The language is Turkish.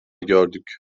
gördük